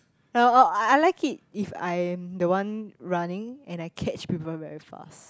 uh oh I like it if I'm the one running and I catch people very fast